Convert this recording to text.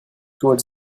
toward